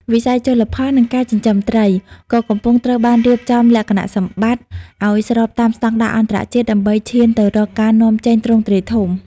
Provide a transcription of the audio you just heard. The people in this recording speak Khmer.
វិស័យជលផល និងការចិញ្ចឹមត្រី ក៏កំពុងត្រូវបានរៀបចំលក្ខណៈសម្បត្តិឱ្យស្របតាមស្ដង់ដារអន្តរជាតិដើម្បីឈានទៅរកការនាំចេញទ្រង់ទ្រាយធំ។